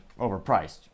overpriced